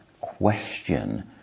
question